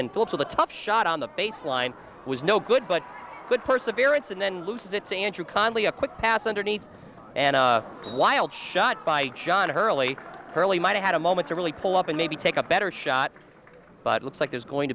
for the top shot on the baseline was no good but good perseverance and then loses its andrew conley a quick pass underneath and a wild shot by john hurly burly might have had a moment to really pull up and maybe take a better shot but it looks like there's going